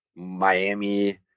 Miami